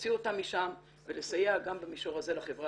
להוציא אותן משם ולסייע גם במישור הזה לחברה